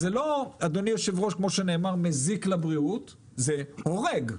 זה לא כמו שנאמר מזיק לבריאות, זה הורג.